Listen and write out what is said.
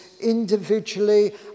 individually